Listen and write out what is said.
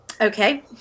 Okay